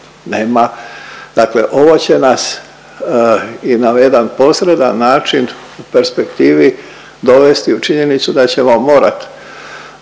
dakle ovo će nas i na jedan posredan način u perspektivi dovesti u činjenicu da ćemo morat